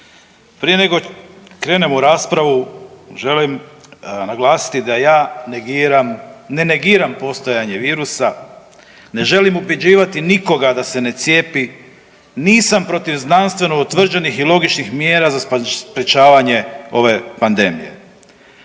Prije nego krenem u raspravu želim naglasiti da ja negiram, ne negiram postojanje virusa, ne želim ubjeđivati nikoga da se ne cijepi, nisam protiv znanstveno utvrđenih i logičnih mjera za sprječavanje ove pandemije.